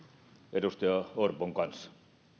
edustaja orpon kanssa